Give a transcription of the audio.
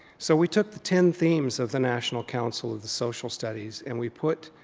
so we took the ten themes of the national council of the social studies and we put,